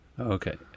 Okay